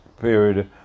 period